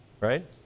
right